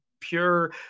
pure